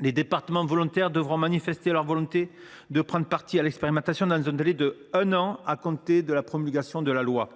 Les départements volontaires devront manifester leur volonté de prendre part à l’expérimentation dans un délai d’un an à compter de la promulgation de la loi,